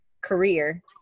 career